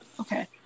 Okay